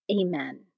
Amen